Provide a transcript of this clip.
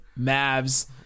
Mavs